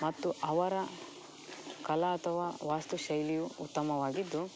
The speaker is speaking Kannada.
ಮತ್ತು ಅವರ ಕಲಾ ಅಥವಾ ವಾಸ್ತು ಶೈಲಿಯು ಉತ್ತಮವಾಗಿದ್ದು